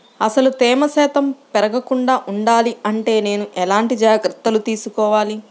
అసలు తేమ శాతం పెరగకుండా వుండాలి అంటే నేను ఎలాంటి జాగ్రత్తలు తీసుకోవాలి?